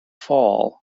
fall